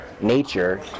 nature